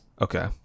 Okay